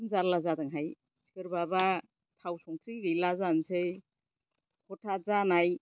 खम जारला जादोंहाय सोरबाबा थाव संख्रि गैला जानोसै हथाथ जानाय